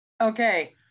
okay